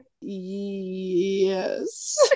Yes